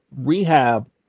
rehab